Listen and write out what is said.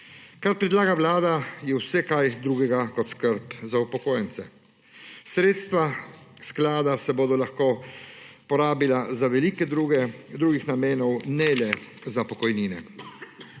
Kar predlaga Vlada, je vse kaj drugega kot skrb za upokojence. Sredstva sklada se bodo lahko porabila za veliko drugih namenov, ne le za pokojnine.